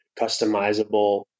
customizable